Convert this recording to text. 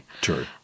True